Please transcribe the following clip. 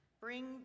bring